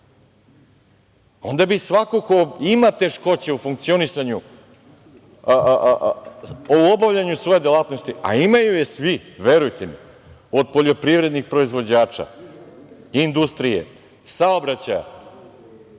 Onda bi svako ko ima teškoće u funkcionisanju, u obavljanju svoje delatnosti, a imaju je svi, verujte mi, od poljoprivrednih proizvođača, industrije, saobraćaja,